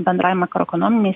bendrai makroekonominei